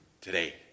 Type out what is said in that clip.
today